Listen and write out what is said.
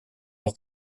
doch